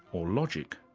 or logic?